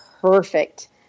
perfect